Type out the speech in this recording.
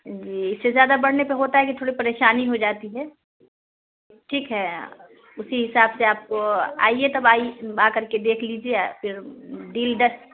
جی اس سے زیادہ بڑھنے پہ ہوتا ہے کہ تھوڑی پریشانی ہو جاتی ہے ٹھیک ہے اسی حساب سے آپ کو آئیے تب آئی آ کر کے دیکھ لیجیے پھر ڈیل دس